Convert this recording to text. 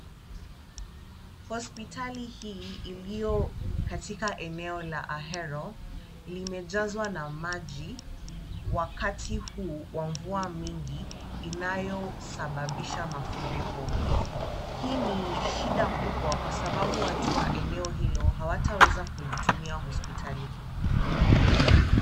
Hospitali hii iliyo katika eneo la Ahero limejazwa na maji wakati huu wa mvua mingi inayosababisha mafuriko. Hii ni shida kubwa kwa sababu watu wa eneo hilo hawataweza kuitumia hospitali hii.